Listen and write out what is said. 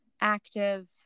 active